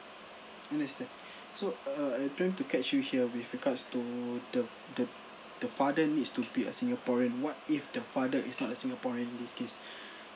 understand so uh I'm trying to catch you here with regards to the the the father needs to be a singaporean what if the father is not a singaporean in this case